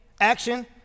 action